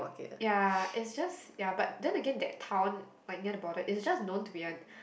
ya it's just ya but then again that town near the border is just known to be a